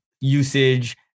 usage